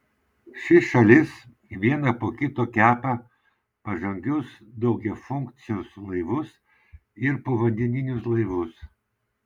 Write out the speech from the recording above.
ši šalis vieną po kito kepa pažangius daugiafunkcius laivus ir povandeninius laivus